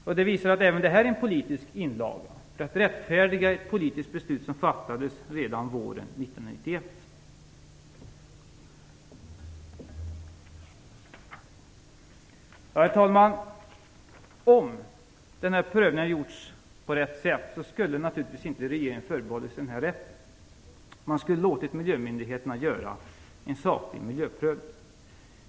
Detta visar att även bilagan är en politisk inlaga som gjorts för att rättfärdiga ett politiskt beslut som fattades redan våren 1991. Herr talman! Om prövningen hade gjorts på rätt sätt skulle regeringen naturligtvis inte förbehållit sig denna rätt. Man skulle ha låtit miljömyndigheterna göra en saklig miljöprövning.